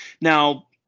now